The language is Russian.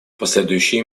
последующие